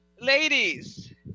ladies